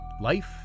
Life